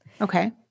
Okay